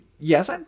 Yes